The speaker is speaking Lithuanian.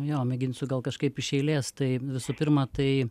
jo mėginsiu gal kažkaip iš eilės tai visų pirma tai